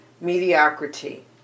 mediocrity